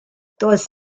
does